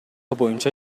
боюнча